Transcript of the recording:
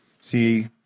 see